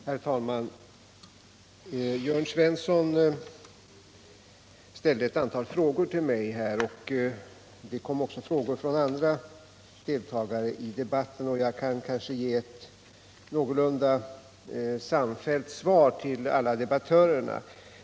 Herr talman! Jörn Svensson ställde ett antal frågor till mig och det kom också frågor från andra deltagare i debatten. Jag skall försöka ge ett någorlunda samfällt svar till alla debattörer.